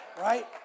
Right